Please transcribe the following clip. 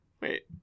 Wait